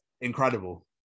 incredible